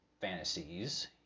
fantasies